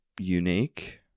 unique